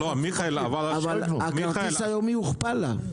מחיר הכרטיס היומי הוכפל לה.